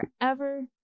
forever